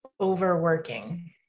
overworking